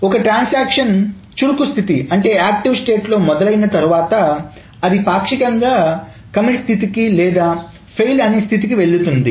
ఒక ట్రాన్సాక్షన్ చురుకు స్థితిలో మొదలై తర్వాత అది పాక్షికంగా కమిట్ స్థితికి లేదా ఫెయిల్ అనే స్థితికి వెళ్తుంది